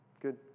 Good